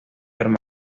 hermanos